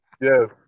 Yes